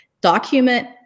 Document